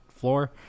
floor